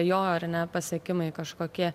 jo ar ne pasiekimai kažkokie